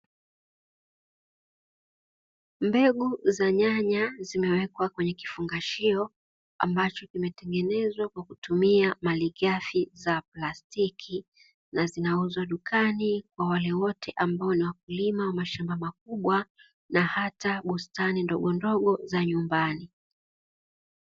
Mbegu za nyanya zimewekwa kwenye kifungashio ambacho kimetengenezwa kwa kutumia malighafi za plastiki, na zinauzwa dukani kwa wale wote ambao ni wakulima wa mashamba makubwa na hata bustani ndogondogo za nyumbani.